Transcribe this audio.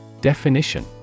Definition